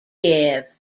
give